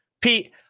Pete